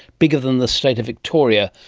bigger than the state of victoria,